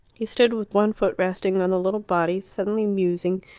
he stood with one foot resting on the little body, suddenly musing,